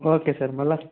okay sir మరల